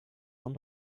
von